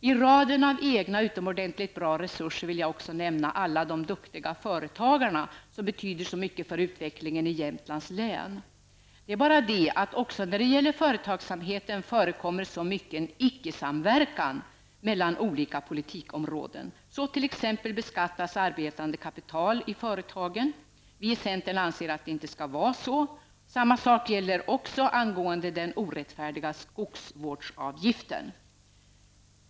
I raden av egna utomordentligt bra resurser vill jag också nämna alla de duktiga företagarna, som betyder så mycket för utvecklingen i Jämtlands län. Det är bara det att också när det gäller företagsamheten förekommer så mycken ''ickesamverkan'' mellan olika politikområden. Så t.ex. beskattas arbetande kapital i företagen. Vi i centern anser att det inte bör vara så. Detsamma gäller den orättfärdiga skogsvårdsavgiften.